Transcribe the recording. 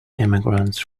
immigrants